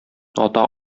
ата